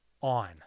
on